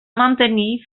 mantenir